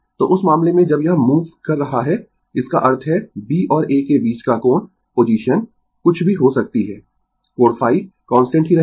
तो उस मामले में जब यह मूव कर रहा है इसका अर्थ है B और A के बीच का कोण पोजीशन कुछ भी हो सकती है कोण ϕ कांस्टेंट ही रहेगा